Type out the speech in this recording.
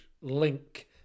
link